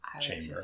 chamber